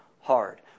hard